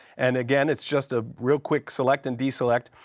and again, it's just a real quick select and deselect.